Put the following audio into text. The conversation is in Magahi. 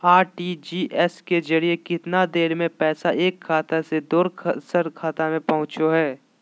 आर.टी.जी.एस के जरिए कितना देर में पैसा एक खाता से दुसर खाता में पहुचो है?